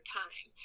time